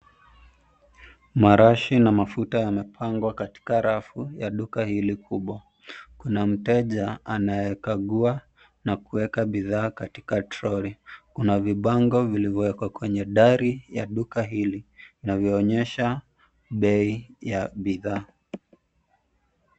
Marashi na mafuta yamepangwa katika rafu ya duka hili kubwa. Kuna mteja anayekagua na kuweka bidhaa katika toroli. Kuna vibango vilivyowekwa kwenye dari ya duka hili inavyoonyesha bei ya bidhaa.